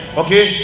okay